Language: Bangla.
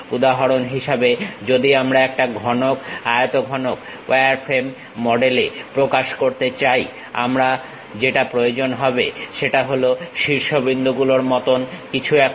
উদাহরণ হিসেবে যদি আমি একটা ঘনক আয়তঘনক ওয়ারফ্রেম মডেলে প্রকাশ করতে চাই আমার যেটা প্রয়োজন হবে সেটা হল শীর্ষবিন্দু গুলোর মতন কিছু একটা